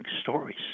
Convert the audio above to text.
stories